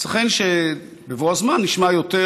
ייתכן שבבוא הזמן נשמע יותר,